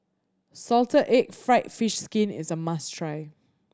salted egg fried fish skin is a must try